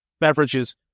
beverages